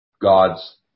God's